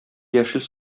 яшел